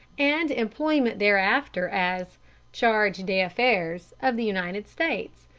and employment thereafter as charge-d'affaires of the united states,